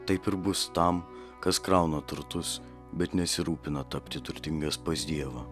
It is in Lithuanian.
taip ir bus tam kas krauna turtus bet nesirūpina tapti turtingas pas dievą